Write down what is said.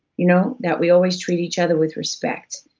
you know that we always treat each other with respect.